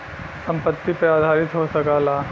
संपत्ति पे आधारित हो सकला